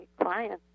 clients